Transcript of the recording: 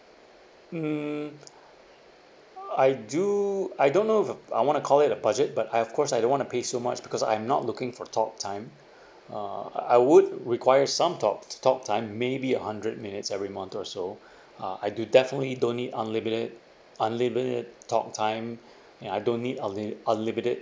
mm I do I don't know if I want to call it a budget but I of course I don't want to pay so much because I'm not looking for talk time uh I would required some talk talk time maybe a hundred minutes every month or so uh I do definitely don't need unlimited unlimited talk time and I don't need unlimit~ unlimited